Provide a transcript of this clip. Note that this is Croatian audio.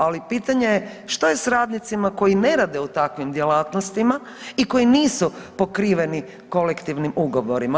Ali pitanje je što je s radnicima koji ne rade u takvim djelatnostima i koji nisu pokriveni kolektivnim ugovorima?